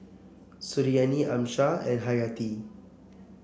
Suriani Amsyar and Hayati